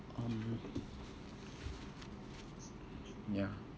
um ya